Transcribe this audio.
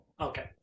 okay